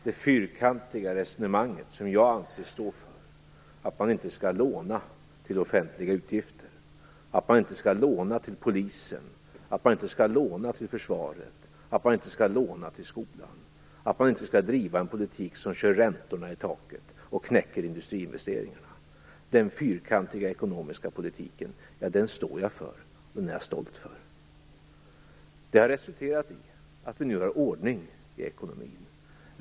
Det fyrkantiga resonemanget, som jag anses stå för - att man inte skall låna till offentliga utgifter, att man inte skall låna till Polisen, att man inte skall låna till försvaret, att man inte skall låna till skolan och att man inte skall driva en politik som kör räntorna i taket och knäcker industriinvesteringarna - står jag för och är stolt över. Detta har resulterat i att vi nu har ordning i ekonomin.